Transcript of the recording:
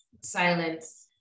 silence